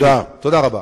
רבותי,